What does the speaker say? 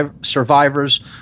survivors